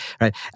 Right